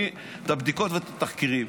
את הבדיקות ואת התחקירים.